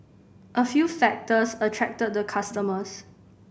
a few factors attracted the customers